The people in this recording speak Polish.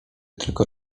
tylko